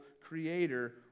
Creator